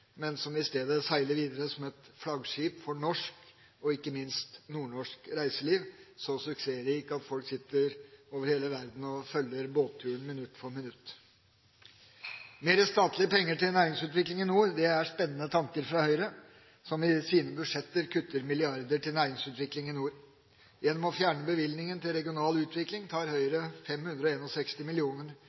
men som i stedet seiler videre som et flaggskip for norsk og ikke minst nordnorsk reiseliv, så suksessrik at folk sitter over hele verden og følger båtturen minutt for minutt. Mer statlige penger til næringsutvikling i nord er spennende tanker fra Høyre, som i sine budsjetter kutter milliarder til næringsutvikling i nord. Gjennom å fjerne bevilgningen til regional utvikling tar Høyre